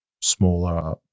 smaller